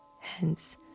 Hence